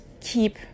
keep